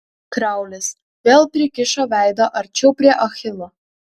kraulis vėl prikišo veidą arčiau prie achilo